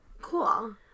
cool